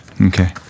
Okay